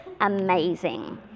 amazing